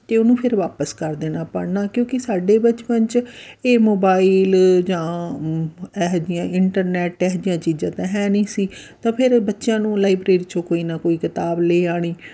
ਅਤੇ ਉਹਨੂੰ ਫਿਰ ਵਾਪਸ ਕਰ ਦੇਣਾ ਪੜ੍ਹਨਾ ਕਿਉਂਕਿ ਸਾਡੇ ਬਚਪਨ 'ਚ ਇਹ ਮੋਬਾਈਲ ਜਾਂ ਇਹੋ ਜਿਹੀਆਂ ਇੰਟਰਨੈਟ ਇਹੋ ਜਿਹੀਆਂ ਚੀਜ਼ਾਂ ਤਾਂ ਹੈ ਨਹੀਂ ਸੀ ਤਾਂ ਫਿਰ ਬੱਚਿਆਂ ਨੂੰ ਲਾਈਬ੍ਰੇਰੀ 'ਚੋਂ ਕੋਈ ਨਾ ਕੋਈ ਕਿਤਾਬ ਲੈ ਆਉਣੀ